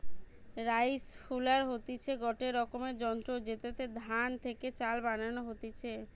rice huller হতিছে গটে রকমের যন্ত্র জেতাতে ধান থেকে চাল বানানো হতিছে